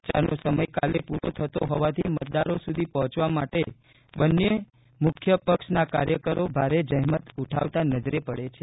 પ્રચારનો સમય કાલે પુરો થતો હોવાથી મતદારો સુધી પહોંચવા માટે બંને મુખ્ય પક્ષના કાર્યકરો ભારે જહેમત ઉઠાવતા નજરે પડે છે